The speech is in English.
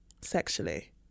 sexually